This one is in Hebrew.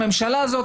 הממשלה הזאת,